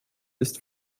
ist